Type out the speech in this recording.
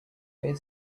their